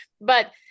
but-